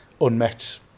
unmet